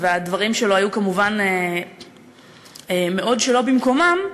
והדברים שלו היו כמובן מאוד לא במקומם,